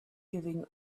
giving